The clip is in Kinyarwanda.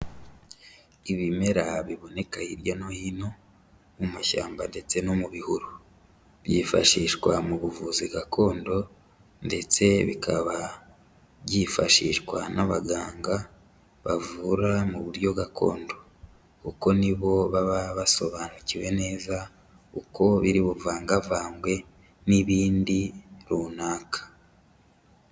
Ibimera biboneka hirya no hino mu mashyamba ndetse no mu bihuru, byifashishwa mu buvuzi gakondo ndetse bikaba byifashishwa n'abaganga bavura mu buryo gakondo, kuko ni bo baba basobanukiwe neza uko biri buvangavangwe n'ibindi runaka.